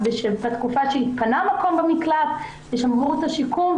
ובתקופה שהתפנה מקום במקלט והן עברו שיקום.